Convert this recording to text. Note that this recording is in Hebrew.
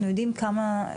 אנחנו יודעים כמה?